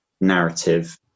narrative